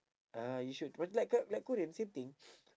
ah you should wat~ like k~ like korean same thing